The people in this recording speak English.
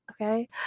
Okay